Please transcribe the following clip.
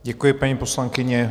Děkuji, paní poslankyně.